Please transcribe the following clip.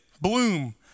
bloom